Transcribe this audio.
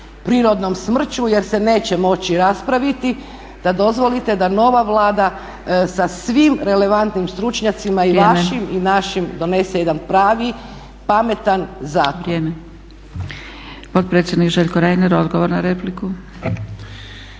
prirodnom smrću jer se neće moći raspraviti da dozvolite da nova vlada sa svim novim relevantnim stručnjacima i vašim i našim donese jedan pravi pametan zakon.